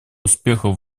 успехов